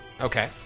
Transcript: Okay